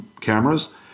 cameras